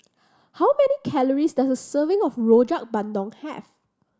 how many calories does a serving of Rojak Bandung have